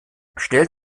schnell